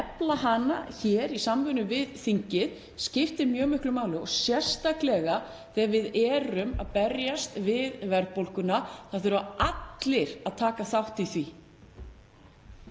efla hana hér í samvinnu við þingið, skiptir mjög miklu máli og sérstaklega þegar við erum að berjast við verðbólguna. Það þurfa allir að taka þátt í því.